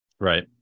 Right